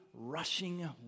rushing